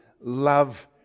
love